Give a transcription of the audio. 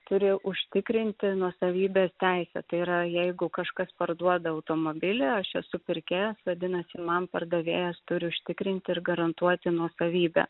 turi užtikrinti nuosavybės teisę tai yra jeigu kažkas parduoda automobilį aš esu pirkėjas vadinasi man pardavėjas turi užtikrinti ir garantuoti nuosavybę